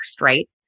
right